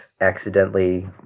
accidentally